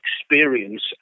experience